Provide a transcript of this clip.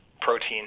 protein